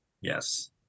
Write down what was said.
Yes